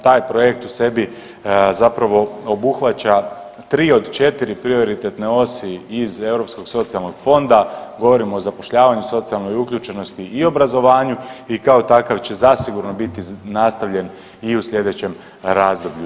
Taj projekt u sebi zapravo obuhvaća tri od četiri prioritetne osi iz Europskog socijalnog fonda, govorim o zapošljavanju, socijalnoj uključenosti i obrazovanju i kao takav će zasigurno biti nastavljen i u sljedećem razdoblju.